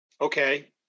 Okay